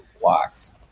blocks